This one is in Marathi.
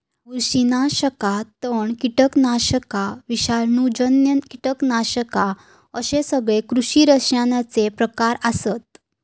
बुरशीनाशका, तण, कीटकनाशका, विषाणूजन्य कीटकनाशका अश्ये सगळे कृषी रसायनांचे प्रकार आसत